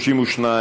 סעיף 1 נתקבל.